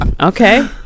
okay